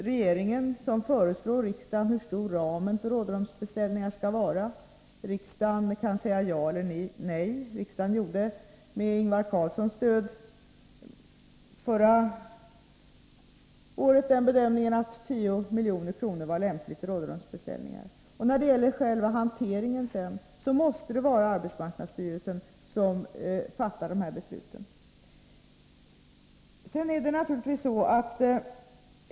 Regeringen föreslår riksdagen hur stor ramen skall vara för rådrumsbeställningarna. Riksdagen kan sedan säga ja eller nej. Med Ingvar Karlssons i Bengtsfors stöd gjorde riksdagen förra året den bedömningen att 10 milj.kr. kunde vara lämpligt för rådrumsbeställningar. När det gäller själva hanteringen måste arbetsmarknadsstyrelsen fatta besluten.